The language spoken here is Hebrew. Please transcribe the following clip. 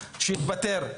שיתפטר.